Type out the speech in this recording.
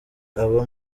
aba